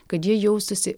kad jie jaustųsi